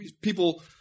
people –